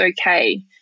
okay